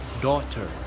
daughter